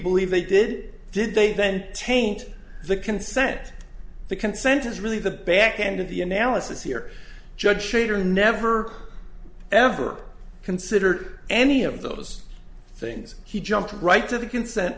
believe they did did they then taint the consent the consent is really the back end of the analysis here judge shrader never ever considered any of those things he jumped right to the consent